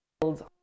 build